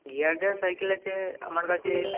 gear দেওয়া cycle আছে আমার কাছে